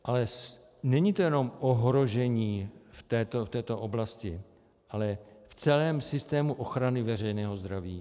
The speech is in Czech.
Ale není to jenom ohrožení v této oblasti, ale v celém systému ochrany veřejného zdraví.